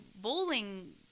bowling